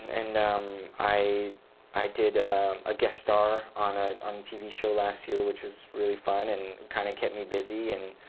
and um i i did a guest star on a um tv show last year, which was really fun, and it kind of kept me busy. and